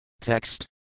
Text